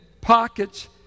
pockets